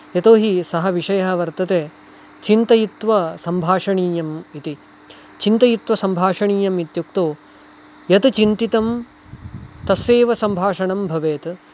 यतोहि सः विषयः वर्तते चिन्तयित्वा सम्भाषणीयम् इति चिन्तयित्वा सम्भाषणीयम् इत्युक्तौ यत् चिन्तितं तस्यैव सम्भाषणं भवेत्